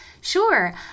Sure